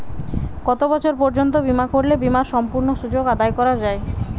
কত বছর পর্যন্ত বিমা করলে বিমার সম্পূর্ণ সুযোগ আদায় করা য়ায়?